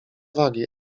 wagi